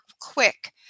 quick